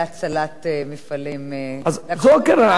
לקחו מכולנו בעצם כסף.